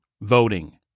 voting